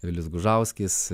vilius gužauskis